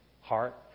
heart